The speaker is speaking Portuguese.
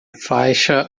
faixa